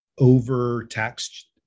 overtaxed